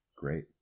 Great